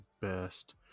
best